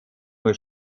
nur